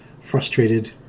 frustrated